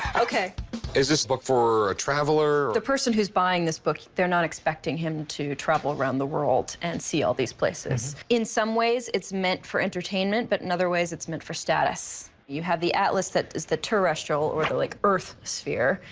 ok. rick is this book for a traveler or the person who's buying this book, they're not expecting him to travel around the world and see all these places. in some ways, it's meant for entertainment, but in other ways, it's meant for status. you have the atlas that is the terrestrial or the, like, earth sphere.